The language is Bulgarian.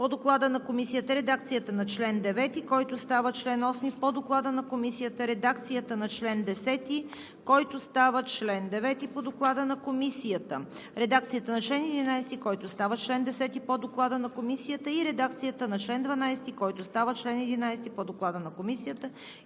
по Доклада на Комисията; редакцията на чл. 9, който става чл. 8 по Доклада на Комисията; редакцията на чл. 10, който става чл. 9 по Доклада на Комисията; редакцията на чл. 11, който става чл. 10 по Доклада на Комисията; редакцията на чл. 12, който става чл. 11 по Доклада на Комисията;